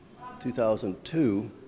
2002